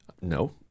No